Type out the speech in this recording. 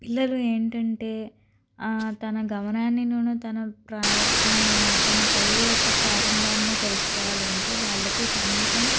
పిల్లలు ఏంటంటే తన గమనాన్ని తన తన కలలు యొక్క ప్రారంభాన్ని తెలుసుకోవాలంటే వాళ్ళకి కనీసం